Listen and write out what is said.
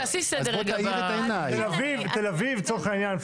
תל אביב לצורך העניין,